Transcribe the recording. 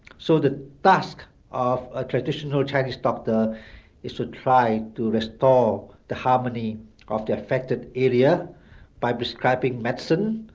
so the task of a traditional chinese doctor is to try to restore the harmony of the affected area by prescribing medicine,